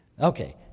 Okay